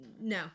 No